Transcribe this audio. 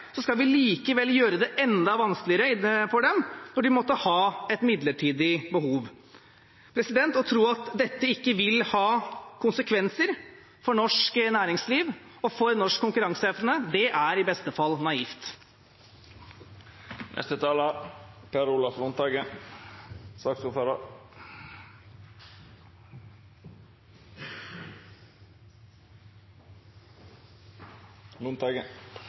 skal vi gjøre det enda vanskeligere for dem når de måtte ha et midlertidig behov. Å tro at dette ikke vil ha konsekvenser for norsk næringsliv og norsk konkurranseevne er i beste fall naivt.